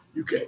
UK